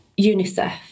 UNICEF